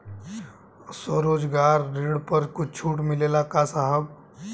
स्वरोजगार ऋण पर कुछ छूट मिलेला का साहब?